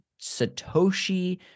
Satoshi